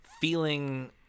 feeling